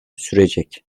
sürecek